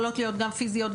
יכולות להיות גם פיזיות,